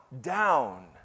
down